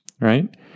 right